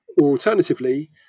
alternatively